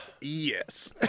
Yes